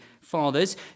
fathers